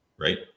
right